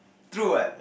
true what